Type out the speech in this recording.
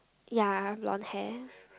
ya long hair